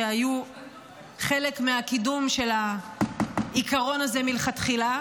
שהיו חלק מהקידום של העיקרון הזה מלכתחילה,